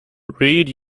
reed